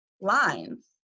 lines